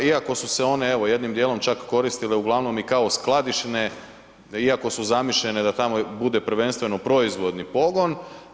Iako su se one evo jednim dijelom čak koristile uglavnom i kao skladišne iako su zamišljene da tamo bude prvenstveno proizvodni pogon.